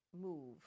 move